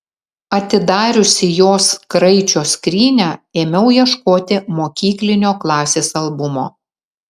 atidariusi jos kraičio skrynią ėmiau ieškoti mokyklinio klasės albumo